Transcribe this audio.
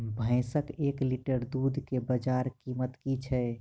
भैंसक एक लीटर दुध केँ बजार कीमत की छै?